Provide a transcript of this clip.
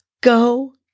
go